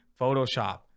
Photoshop